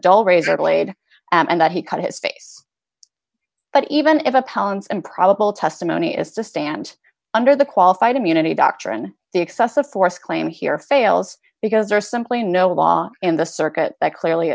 dull razor blade and that he cut his face but even if a pounds and probable testimony is to stand under the qualified immunity doctrine the excessive force claim here fails because there are simply no law in the circuit that clearly